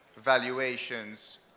valuations